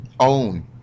own